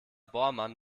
bohrmann